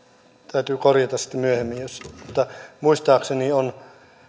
täytyy korjata sitten myöhemmin on